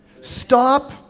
Stop